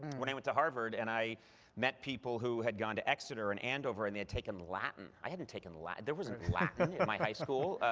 when i went to harvard, and i met people who had gone to exeter, and andover, and they'd taken latin. i hadn't taken latin. there wasn't latin in but my high school.